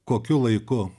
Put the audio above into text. kokiu laiku